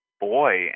boy